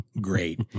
Great